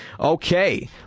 Okay